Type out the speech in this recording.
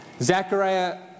Zechariah